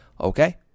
okay